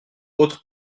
autre